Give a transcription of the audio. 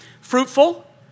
Fruitful